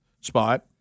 spot